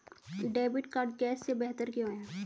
Debit card cash से बेहतर क्यों है?